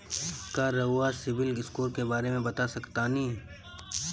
का रउआ CIBIL score के बारे में बता सकतानी?